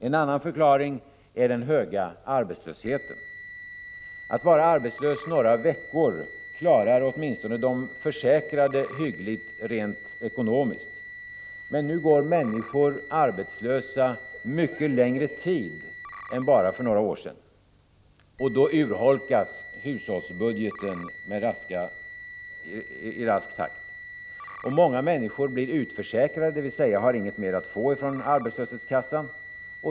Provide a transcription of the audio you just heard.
En annan förklaring är den höga arbetslösheten. Att vara arbetslös några veckor klarar åtminstone de försäkrade hyggligt rent ekonomiskt. Men nu går människor arbetslösa mycket längre tid än för bara några år sedan. Då urholkas hushållsbudgeten i rask takt. Många människor blir utförsäkrade, dvs. de får inte mer ersättning från arbetslöshetskassan.